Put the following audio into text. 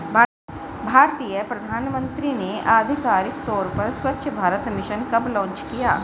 भारतीय प्रधानमंत्री ने आधिकारिक तौर पर स्वच्छ भारत मिशन कब लॉन्च किया?